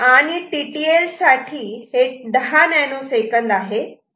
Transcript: आणि T T L साठी हे 10 नॅनो सेकंद आहे